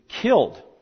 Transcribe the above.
killed